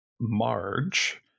marge